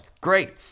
Great